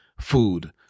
food